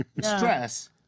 stress